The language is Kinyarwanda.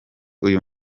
uyu